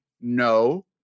no